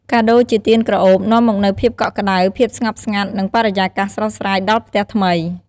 កាដូរជាទៀនក្រអូបនាំមកនូវ ភាពកក់ក្តៅ ភាពស្ងប់ស្ងាត់ និង បរិយាកាសស្រស់ស្រាយ ដល់ផ្ទះថ្មី។